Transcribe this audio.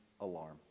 alarm